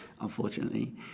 unfortunately